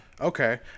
okay